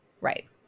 Right